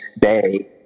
bay